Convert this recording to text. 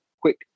quick